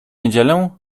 niedzielę